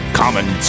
common